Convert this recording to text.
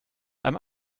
einem